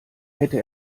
hätte